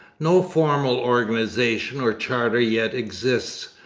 no formal organization or charter yet exists,